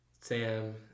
Sam